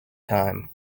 time